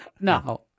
no